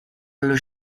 allo